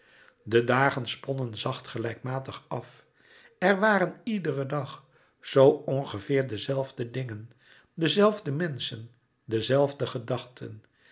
de dagen sponnen zacht gelijkmatig af er waren iederen dag zoo ongeveer de zelfde dingen de zelfde menschen de zelfde gedachten